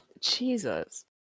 Jesus